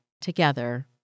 together